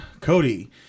Cody